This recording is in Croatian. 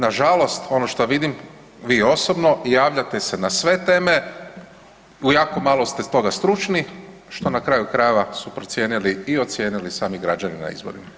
Nažalost, ono što vidim vi osobno javljate se na sve teme, u jako malo ste toga stručni, što na kraju krajeva su procijenili i ocijenili sami građani na izborima.